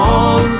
on